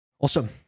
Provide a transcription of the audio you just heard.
Awesome